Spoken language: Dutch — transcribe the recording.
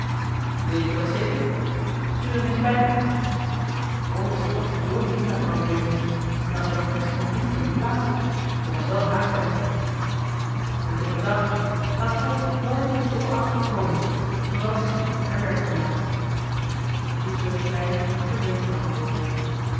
weet je dat zeker stuur hem eens bij me o als de dokter zoo minzaam wou wezen en als hij dan iets kon doen voor die plaats d'er was wel haast bij toch niet op een dag laat polsbroek morgen vr achten komen dan zal ik zien en er werk van maken poezerig vleiend verdween